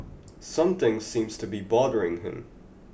something seems to be bothering him